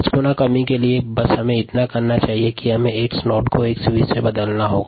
10 गुणा कमी के लिए हमें 𝑥𝑣 शून्य को 𝑥𝑣 से बदलना होगा